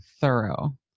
thorough